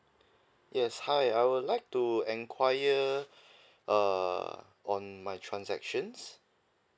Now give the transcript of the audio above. yes hi I would like to enquire err on my transactions